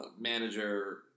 manager